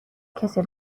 کسل